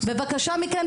בבקשה מכם,